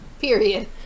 period